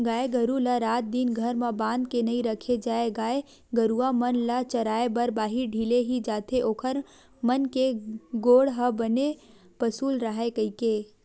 गाय गरु ल रात दिन घर म बांध के नइ रखे जाय गाय गरुवा मन ल चराए बर बाहिर ढिले ही जाथे ओखर मन के गोड़ ह बने पसुल राहय कहिके